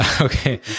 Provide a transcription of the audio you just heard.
Okay